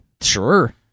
Sure